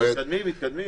אנחנו מתקדמים.